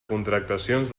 contractacions